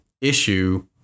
issue